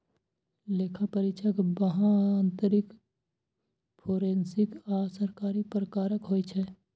लेखा परीक्षक बाह्य, आंतरिक, फोरेंसिक आ सरकारी प्रकारक होइ छै